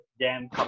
jam